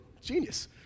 genius